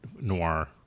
noir